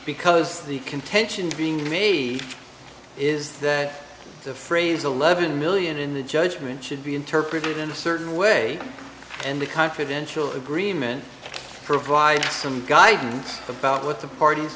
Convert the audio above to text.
because the contention being made is that the phrase eleven million in the judgment should be interpreted in a certain way and the confidential agreement provides some guidance about what the parties